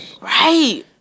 Right